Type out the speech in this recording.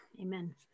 Amen